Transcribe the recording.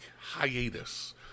hiatus